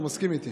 אתה מסכים איתי.